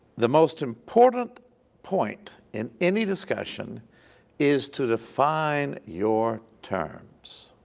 the most important point in any discussion is to define your terms.